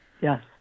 Yes